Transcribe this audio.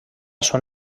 són